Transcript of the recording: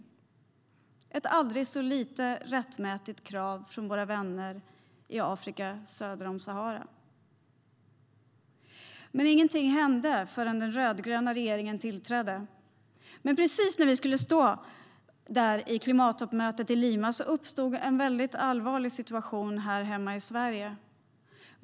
Det är ett aldrig så litet rättmätigt krav från våra vänner i Afrika söder om Sahara.Men ingenting hände förrän den rödgröna regeringen tillträdde. Precis när vi skulle resa till klimattoppmötet i Lima uppstod det en mycket allvarlig situation här i Sverige.